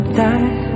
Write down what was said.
die